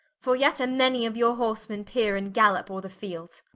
for yet a many of your horsemen peere, and gallop ore the field